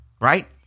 right